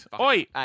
Oi